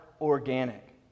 organic